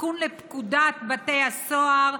תיקון לפקודת בתי הסוהר,